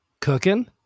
Cooking